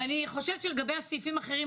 לגבי הסעיפים האחרים,